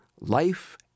Life